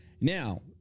Now